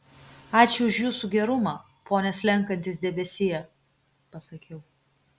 ačiū už jūsų gerumą pone slenkantis debesie pasakiau